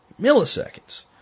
Milliseconds